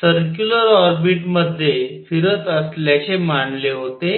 circular orbit मध्ये फिरत असल्याचे मानले होते